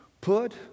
Put